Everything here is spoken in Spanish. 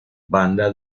banda